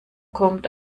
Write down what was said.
kommt